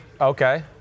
Okay